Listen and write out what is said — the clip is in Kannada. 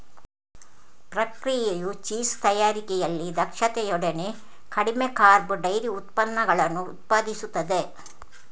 ಪ್ರಕ್ರಿಯೆಯು ಚೀಸ್ ತಯಾರಿಕೆಯಲ್ಲಿ ದಕ್ಷತೆಯೊಡನೆ ಕಡಿಮೆ ಕಾರ್ಬ್ ಡೈರಿ ಉತ್ಪನ್ನಗಳನ್ನು ಉತ್ಪಾದಿಸುತ್ತದೆ